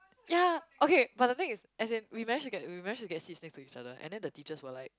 ya okay but the thing is as in we managed to get we managed to get seats next to each other and then the teachers was like